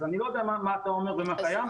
אז אני לא יודע מה אתה אומר ומה קיים.